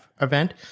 event